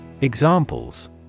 Examples